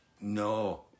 no